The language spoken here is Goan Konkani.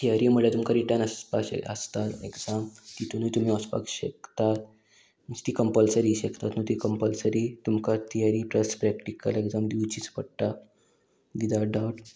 थियरी म्हळ्यार तुमकां रिटर्न आसपाक आसता एग्जाम तितुनूय तुमी वचपाक शकतात ती कंपलसरी शकतात न्हू ती कंपलसरी तुमकां थियरी प्लस प्रॅक्टीकल एग्जाम दिवचीच पडटा विदाउट डावट